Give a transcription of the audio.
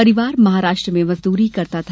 परिवार महाराष्ट्र में मजदूरी करता था